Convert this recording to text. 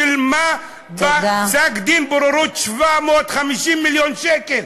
שילמה בפסק-דין בוררות 750 מיליון שקל.